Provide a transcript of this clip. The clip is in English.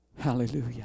Hallelujah